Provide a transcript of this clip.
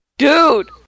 Dude